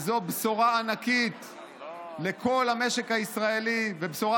זאת בשורה ענקית לכל המשק הישראלי ובשורה